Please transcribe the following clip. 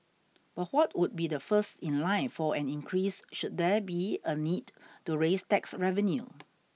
but what would be the first in line for an increase should there be a need to raise tax revenue